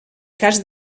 cas